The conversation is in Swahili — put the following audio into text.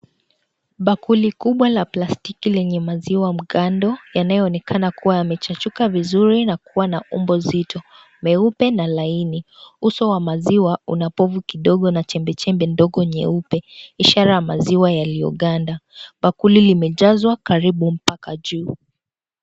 Bakuli kubwa la plastiki lenye maziwa mgando yanayoonekana kuwa yamechachuka vizuri na kuwa na umbo zito , meupe na laini. Uso wa maziwa una povu na chembe chembe ndogo nyeupe ishara ya maziwa yaliyoganda bakuli limejazwa mpaka juu.